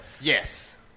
Yes